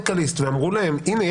ואמרו להם: הנה,